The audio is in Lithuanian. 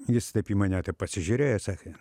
jis taip į mane pasižiūrėjo sakė